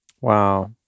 Wow